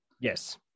Yes